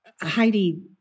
Heidi